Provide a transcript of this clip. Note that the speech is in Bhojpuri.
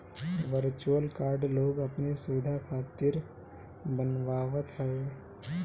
वर्चुअल कार्ड लोग अपनी सुविधा खातिर बनवावत हवे